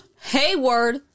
Hayward